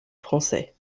français